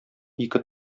ике